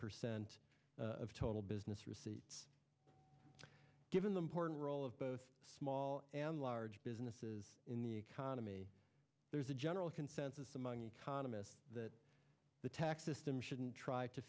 percent of total business receipts given the important role of both small and large businesses in the economy there's a general consensus among economists that the tax system shouldn't try to